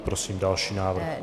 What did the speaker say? Prosím další návrh.